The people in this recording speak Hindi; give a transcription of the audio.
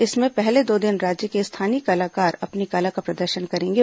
इसमें पहले दो दिन राज्य के स्थानीय कलाकार अपनी कला का प्रदर्शन करेंगे